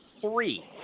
three